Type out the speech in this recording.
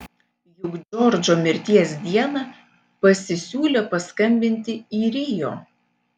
juk džordžo mirties dieną pasisiūlė paskambinti į rio